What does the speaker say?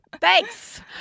Thanks